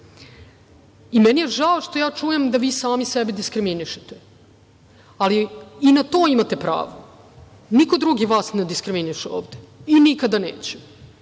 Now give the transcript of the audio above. je žao što čujem da vi sami sebe diskriminišete, ali i na to imate pravo. Niko drugi vas ne diskriminiše ovde i nikada